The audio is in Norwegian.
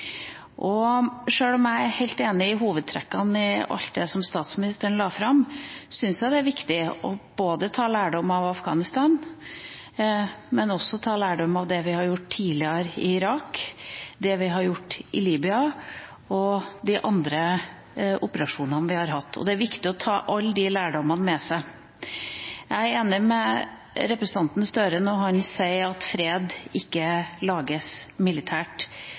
virkemidler. Sjøl om jeg er helt enig i hovedtrekkene i alt det som statsministeren la fram, syns jeg det er viktig å ta lærdom både av Afghanistan og av det vi har gjort tidligere i Irak, av det vi har gjort i Libya, og av de andre operasjonene vi har hatt. Det er viktig å ta alle de lærdommene med seg. Jeg er enig med representanten Gahr Støre når han sier at fred ikke lages militært.